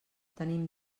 tenim